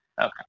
okay